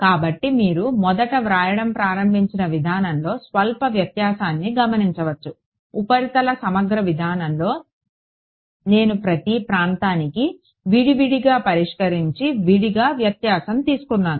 కాబట్టి మీరు మొదట వ్రాయడం ప్రారంభించిన విధానంలో స్వల్ప వ్యత్యాసాన్ని గమనించవచ్చు ఉపరితల సమగ్ర విధానంలో నేను ప్రతి ప్రాంతానికి విడివిడిగా పరిష్కరించి విడిగా వ్యత్యాసం తీసుకున్నాను